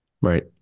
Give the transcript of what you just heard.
Right